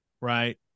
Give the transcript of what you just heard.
right